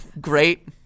great